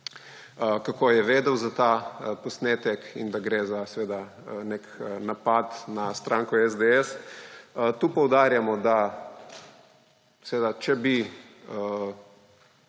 kako je vedel za ta posnetek in da gre seveda za nek napad na stranko SDS. Tu poudarjamo, če bi seveda vedel